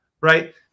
right